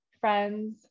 friends